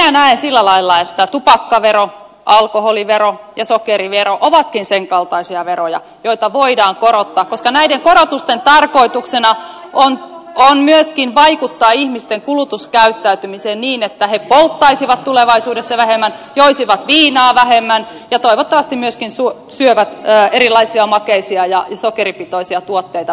minä näen sillä lailla että tupakkavero alkoholivero ja sokerivero ovatkin sen kaltaisia veroja joita voidaan korottaa koska näiden korotusten tarkoituksena on myöskin vaikuttaa ihmisten kulutuskäyttäytymiseen niin että he polttaisivat tulevaisuudessa vähemmän joisivat viinaa vähemmän ja toivottavasti myöskin syövät erilaisia makeisia ja sokeripitoisia tuotteita vähemmän